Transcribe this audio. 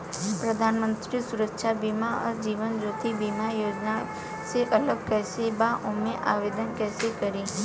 प्रधानमंत्री सुरक्षा बीमा आ जीवन ज्योति बीमा योजना से अलग कईसे बा ओमे आवदेन कईसे करी?